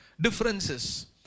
differences